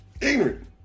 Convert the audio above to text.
ignorant